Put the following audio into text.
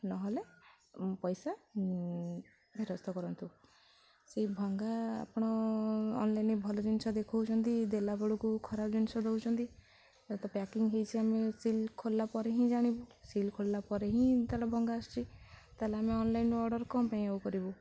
ନହେଲେ ପଇସା ଫେରସ୍ତ କରନ୍ତୁ ସେଇ ଭଙ୍ଗା ଆପଣ ଅନ୍ଲାଇନ୍ରେ ଭଲ ଜିନିଷ ଦେଖଉଛନ୍ତି ଦେଲାବେଳକୁ ଖରାପ୍ ଜିନିଷ ଦେଉଛନ୍ତି ଯଦି ତ ପ୍ୟାକିଂ ହେଇଚି ଆମେ ସିଲ୍ ଖୋଲିଲା ପରେ ହିଁ ଜାଣୁ ସିଲ୍ ଖୋଲିଲା ପରେ ହିଁ ତାହେଲେ ଭଙ୍ଗା ଅଛି ତାହେଲେ ଆମେ ଅନଲାଇନ୍ରେ ଅର୍ଡ଼ର୍ କ'ଣ ପାଇଁ ଆଉ କରିବୁ